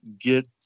get